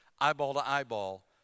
eyeball-to-eyeball